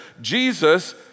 Jesus